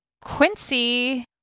Quincy